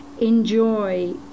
enjoy